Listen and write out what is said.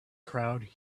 crowd